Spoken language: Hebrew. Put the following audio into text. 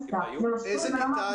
באיזו כיתה את